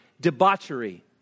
debauchery